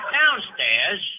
downstairs